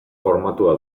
formatua